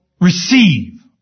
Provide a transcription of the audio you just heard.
receive